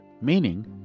Meaning